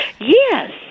Yes